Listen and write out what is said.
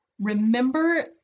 remember